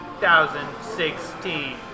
2016